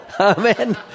Amen